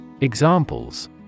Examples